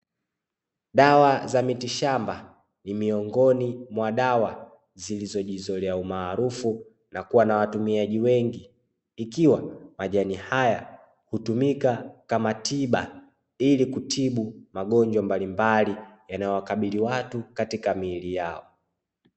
Dawa za mitishamba ni miongoni mwa dawa zilizojizolea umaarufu na kua na watumiaji wengi, ikiwa majani haya hutumika kama tiba ili kutibu magonjwa mbalimbali yanayo wakabili watu katika miili yao.